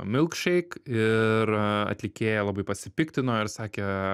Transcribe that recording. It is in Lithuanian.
milk šeik ir atlikėja labai pasipiktino ir sakė